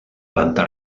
planta